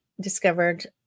discovered